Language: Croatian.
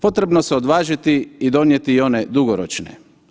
Potrebno se odvažiti i donijeti i one dugoročne.